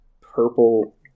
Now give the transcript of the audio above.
purple